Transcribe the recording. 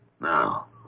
Now